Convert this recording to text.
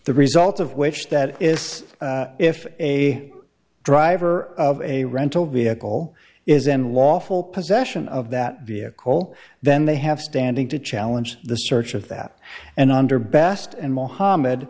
the result of which that is if a driver of a rental vehicle is unlawful possession of that vehicle then they have standing to challenge the search of that and under best and mohammad